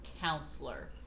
counselor